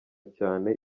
cyane